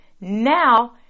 now